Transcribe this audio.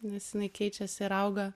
nes jinai keičiasi ir auga